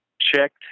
checked